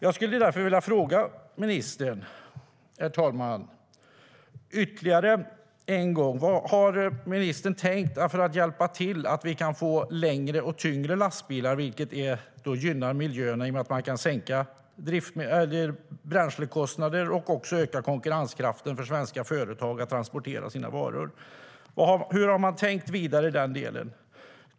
Jag skulle därför vilja fråga ministern ytterligare en gång: Vad har ministern tänkt göra för att se till att vi kan få längre och tyngre lastbilar, vilket gynnar miljön genom att man kan sänka bränslekostnaderna och öka konkurrenskraften för svenska företag att transportera sina varor? Hur har man tänkt vidare i den delen?